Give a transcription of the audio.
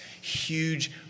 huge